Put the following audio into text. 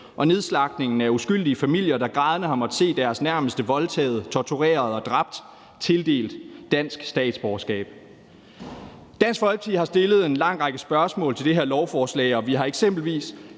og nedslagtningen af uskyldige familier, der grædende har måttet se deres nærmeste voldtaget, tortureret og dræbt, tildelt dansk statsborgerskab? Dansk Folkeparti har stillet en lang række spørgsmål til det her lovforslag, og vi har eksempelvis